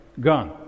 Gone